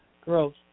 growth